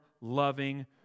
loving